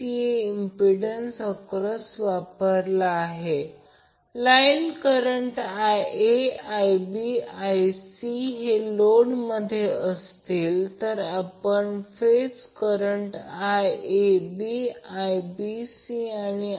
तर म्हणून phase currents फक्त IAB VabZ ∆ आहेत जर या सर्किटमध्ये पाहिले तर IAB VabZ ∆ येथे आले